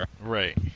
Right